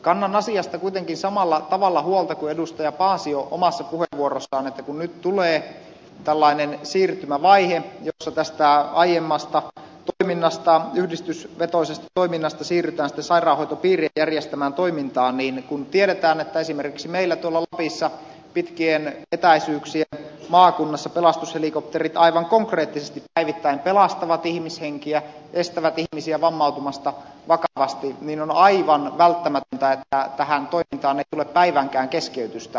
kannan asiasta kuitenkin samalla tavalla huolta kuin edustaja paasio omassa puheenvuorossaan että kun nyt tulee tällainen siirtymävaihe jossa tästä aiemmasta yhdistysvetoisesta toiminnasta siirrytään sitten sairaanhoitopiirien järjestämään toimintaan niin kun tiedetään että esimerkiksi meillä tuolla lapissa pitkien etäisyyksien maakunnassa pelastushelikopterit aivan konkreettisesti päivittäin pelastavat ihmishenkiä estävät ihmisiä vammautumasta vakavasti niin on aivan välttämätöntä että tähän toimintaan ei tule päivänkään keskeytystä